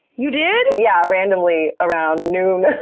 you did? yeah, randomly around noon.